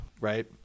right